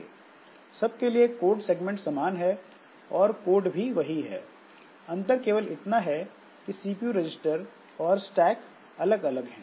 सबके लिए code segment समान है और कोड भी वही है अंतर केवल इतना है की सीपीयू रजिस्टर और स्टैक अलग अलग हैं